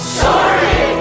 sorry